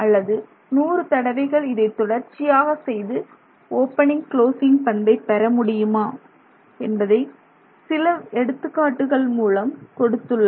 அல்லது 100 தடவைகள் இதை தொடர்ச்சியாக செய்து ஓபனிங் க்ளோஸிங் பண்பை பெற முடியுமா விளக்கமாக சில எடுத்துக்காட்டுகள் மூலம் கொடுத்துள்ளனர்